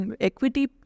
Equity